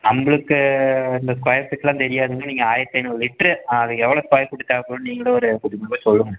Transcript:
நம்மளுக்கு இந்த ஸ்கொயர் ஃபீட்டெலாம் தெரியாதுங்க நீங்கள் ஆயிரத்து ஐந்நூறு லிட்ரு அதுக்கு எவ்வளோ ஸ்கொயர் ஃபீட் தேவைப்படும் நீங்களே ஒரு குத்துமதிப்பாக சொல்லுங்கள்